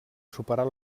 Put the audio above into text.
superar